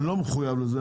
אני לא מחויב לזה,